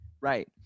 Right